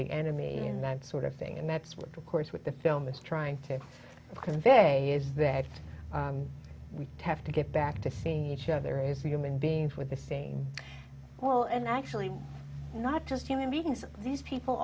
the enemy in that sort of thing and that's what the course with the film is trying to convey is that we have to get back to seeing each other as human beings with the same well and actually not just human beings these people